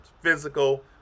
physical